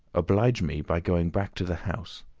oblige me by going back to the house,